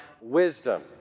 wisdom